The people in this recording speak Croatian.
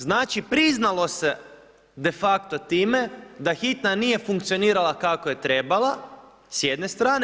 Znači priznalo se de facto time da hitna nije funkcionirala kako je trebala s jedne strane.